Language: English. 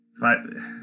five